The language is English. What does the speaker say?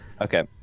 Okay